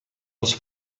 els